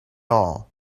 all